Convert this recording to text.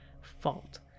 fault